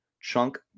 chunk